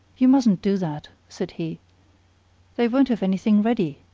you mustn't do that, said he they won't have anything ready.